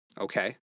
Okay